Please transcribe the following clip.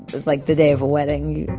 like the day of a wedding